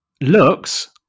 looks